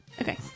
Okay